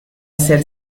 hacer